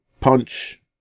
punch